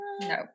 no